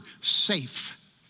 safe